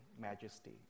majesty